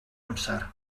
amser